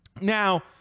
Now